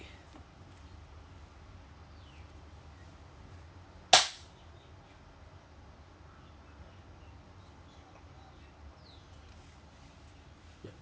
ya